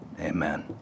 Amen